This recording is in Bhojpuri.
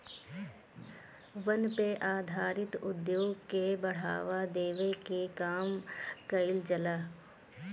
वन पे आधारित उद्योग के बढ़ावा देवे के काम कईल जाला